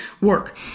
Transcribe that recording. work